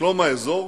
שלום האזור,